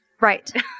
Right